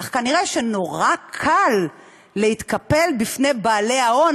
אך כנראה נורא קל להתקפל בפני בעלי ההון